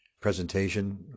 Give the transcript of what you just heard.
presentation